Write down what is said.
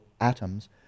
atoms